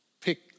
pick